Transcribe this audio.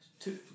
two